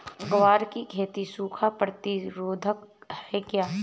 ग्वार की खेती सूखा प्रतीरोधक है क्या?